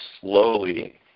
slowly